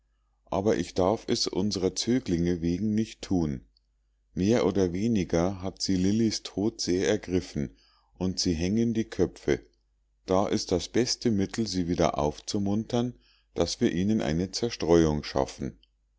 aber ich darf es unsrer zöglinge wegen nicht thun mehr oder weniger hat sie lillis tod sehr ergriffen und sie hängen die köpfe da ist das beste mittel sie wieder aufzumuntern daß wir ihnen eine zerstreuung schaffen